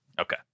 Okay